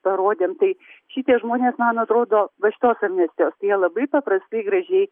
parodėm tai šitie žmonės man atrodo va šitos amnestijos tai jie labai paprastai gražiai